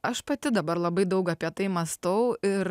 aš pati dabar labai daug apie tai mąstau ir